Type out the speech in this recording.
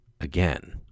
again